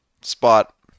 spot